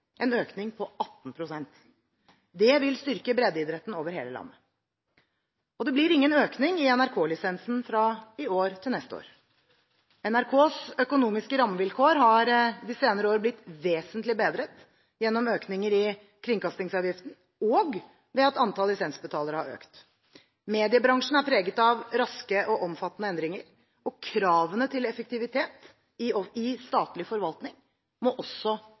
en økning på 18 pst. Det vil styrke breddeidretten over hele landet. Det blir ingen økning i NRK-lisensen fra i år til neste år. NRKs økonomiske rammevilkår har i de senere år blitt vesentlig bedret gjennom økninger i kringkastingsavgiften og ved at antall lisensbetalere har økt. Mediebransjen er preget av raske og omfattende endringer. Kravene til effektivitet i statlig forvaltning må også